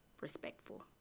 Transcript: respectful